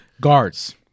Guards